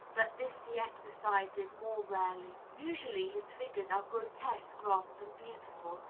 but this he exercises more rarely. usually, his figures are grotesque rather than beautiful,